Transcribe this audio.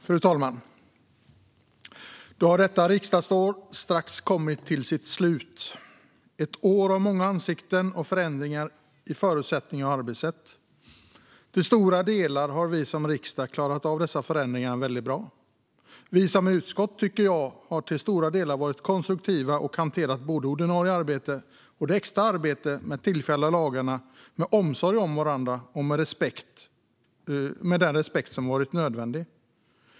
Fru talman! Då har detta riksdagsår strax kommit till sitt slut. Det var ett år med många ansikten och förändringar av förutsättningar och arbetssätt. Till stora delar har vi som riksdag klarat av dessa förändringar väldigt bra. Vi som utskott tycker jag till stora delar har varit konstruktiva och hanterat både ordinarie arbete och det extra arbetet med tillfälliga lagar med omsorg om varandra och med den respekt som varit nödvändig.